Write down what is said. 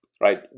right